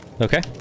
Okay